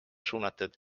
suunatud